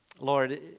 Lord